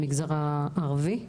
למגזר הערבי.